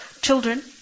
children